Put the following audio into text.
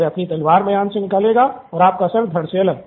वह अपनी तलवार मायान से निकलेगा और आपका सर धड़ से अलग